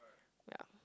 ya